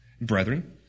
Brethren